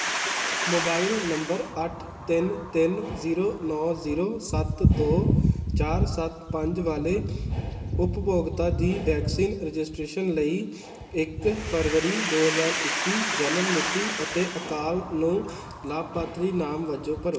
mobile number ਅੱਠ ਤਿੰਨ ਤਿੰਨ ਜ਼ੀਰੋ ਨੌ ਜ਼ੀਰੋ ਸੱਤ ਦੋ ਚਾਰ ਸੱਤ ਪੰਜ ਵਾਲੇ ਉਪਭੋਗਤਾ ਦੀ ਵੈਕਸੀਨ ਰਜਿਸਟ੍ਰੇਸ਼ਨ ਲਈ ਇੱਕ ਫਰਵਰੀ ਦੋ ਹਜ਼ਾਰ ਇੱਕੀ ਜਨਮ ਮਿਤੀ ਅਤੇ ਅਕਾਲ ਨੂੰ ਲਾਭਪਾਤਰੀ ਨਾਮ ਵਜੋਂ ਭਰੋ